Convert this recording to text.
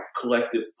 collective